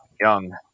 Young